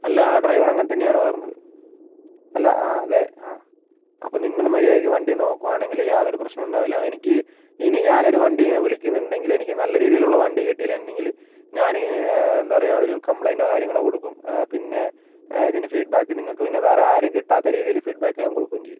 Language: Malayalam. അല്ല ആ ഡ്രൈവർ അങ്ങനത്തന്നെയാണ് പറഞ്ഞത് അല്ല ആ അതെ ആ അപ്പം നിങ്ങൾ മര്യാദയ്ക്ക് വണ്ടി നോക്കുവാണെങ്കിൽ യാതൊരു പ്രശ്നവും ഉണ്ടാവില്ല എനിക്ക് ഇനി ഞാനൊരു വണ്ടി ഇങ്ങനെ വിളിക്കുന്നുണ്ടെങ്കിൽ എനിക്ക് നല്ല രീതിയിലുള്ള വണ്ടി കിട്ടിയില്ലെങ്കിൽ ഞാൻ ഇനി എന്താണ് പറയുക ഒരു കംപ്ലൈന്റോ കാര്യങ്ങളോ കൊടുക്കും പിന്നെ ഇതിന് ഫീഡ്ബാക്ക് നിങ്ങൾക്ക് പിന്നെ വേറെ ആരെയും കിട്ടാത്ത രീതിയിൽ ഫീഡ്ബാക്ക് ഞാൻ കൊടുക്കുകയും ചെയ്യും